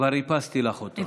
איפסתי לך אותו.